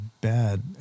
Bad